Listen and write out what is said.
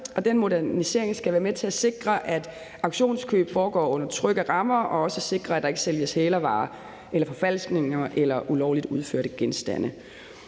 Den modernisering skal være med til at sikre, at auktionskøb foregår under trygge rammer, og også sikre, at der ikke sælges hælervarer eller forfalskninger eller ulovligt udførte genstande.